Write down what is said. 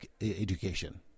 education